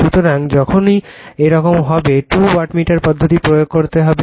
সুতরাং যখনই এরকম হবে টু ওয়াটমিটার পদ্ধতি প্রয়োগ করতে হবে